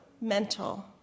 mental